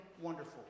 wonderful